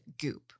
Goop